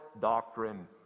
Doctrine